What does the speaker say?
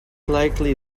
likely